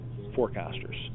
forecasters